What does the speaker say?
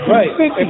Right